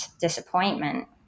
disappointment